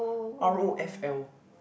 r_o_f_l